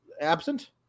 absent